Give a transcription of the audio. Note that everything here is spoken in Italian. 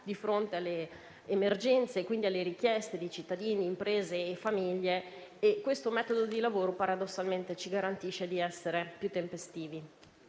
di fronte alle emergenze e, quindi, alle richieste di cittadini, imprese e famiglie. Questo metodo di lavoro paradossalmente ci garantisce di essere più tempestivi,